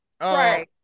Right